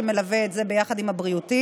שמלווה את זה הבריאותי.